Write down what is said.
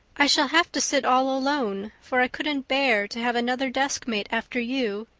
i shall have to sit all alone, for i couldn't bear to have another deskmate after you.